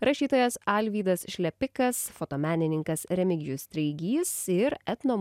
rašytojas alvydas šlepikas fotomenininkas remigijus treigys ir etno